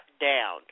down